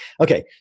Okay